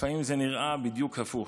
לפעמים זה נראה בדיוק הפוך.